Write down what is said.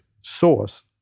source